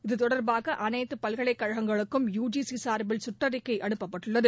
இதுதொடர்பாக அனைத்துப் பல்கலைக் கழகங்களுக்கும் யு ஜி சி சார்பில் சுற்றறிக்கை அனுப்பப்பட்டுள்ளது